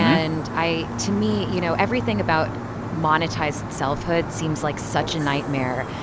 and i to me, you know, everything about monetized selfhood seems like such a nightmare.